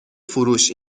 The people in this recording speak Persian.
فروش